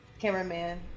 cameraman